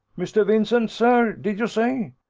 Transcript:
mr. vincent, sir, did you say?